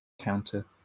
counter